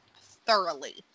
Thoroughly